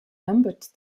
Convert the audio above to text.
numbered